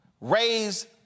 raise